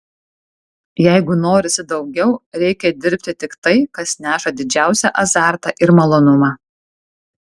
jeigu norisi daugiau reikia dirbti tik tai kas neša didžiausią azartą ir malonumą